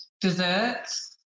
Desserts